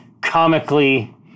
comically